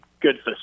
good